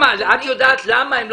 את יודעת למה הם לא רוצים?